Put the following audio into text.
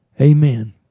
amen